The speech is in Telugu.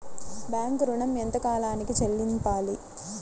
బ్యాంకు ఋణం ఎంత కాలానికి చెల్లింపాలి?